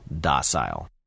docile